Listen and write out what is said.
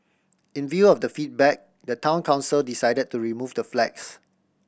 in view of the feedback the Town Council decided to remove the flags